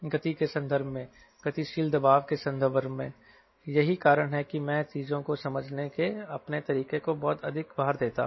गति के संदर्भ में गतिशील दबाव के संदर्भ में यही कारण है कि मैं चीजों को समझने के अपने तरीके को बहुत अधिक भार देता हूं